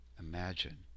Imagine